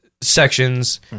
sections